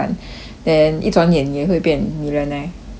then 一转眼你也会变 millionaire 多好